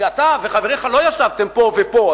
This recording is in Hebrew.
שאתה וחבריך לא ישבתם פה ופה,